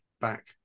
back